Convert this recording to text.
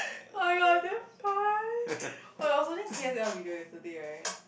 [oh]-my-god damn fun while I was holding t_s_l video yesterday right